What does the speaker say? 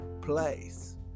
place